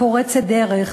פורצת דרך,